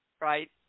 right